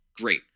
great